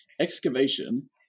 Excavation